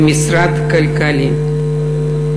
למשרד כלכלי.